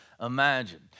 imagine